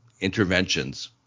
interventions